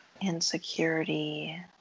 insecurity